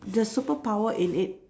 their superpower in it